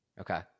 Okay